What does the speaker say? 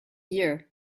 year